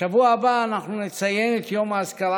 בשבוע הבא אנחנו נציין את יום האזכרה